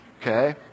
okay